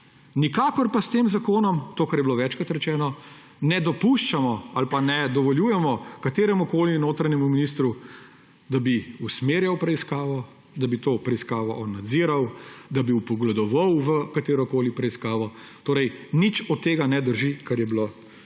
Nikakor pa s tem zakonom, kar je bilo večkrat rečeno, ne dopuščamo ali pa ne dovoljujemo kateremu koli notranjemu ministru, da bi usmerjal preiskavo, da bi to preiskavo on nadziral, da bi vpogledoval v katero koli preiskavo. Torej nič od tega ne drži, kar je bilo kasneje